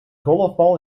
golfbal